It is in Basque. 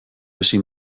ezin